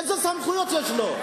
איזה סמכויות יש לו?